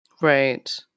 Right